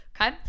okay